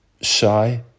shy